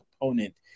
component